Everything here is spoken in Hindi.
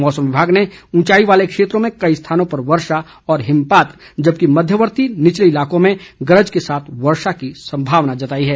मौसम विभाग ने ऊंचाई वाले क्षेत्रों में कई स्थानों पर वर्षा व हिमपात जबकि मध्यवर्ती व निचले इलाकों में गरज के साथ वर्षा की संभावना जताई है